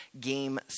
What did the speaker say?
Game